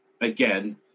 again